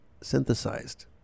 synthesized